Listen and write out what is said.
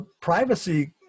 privacy